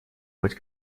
хоть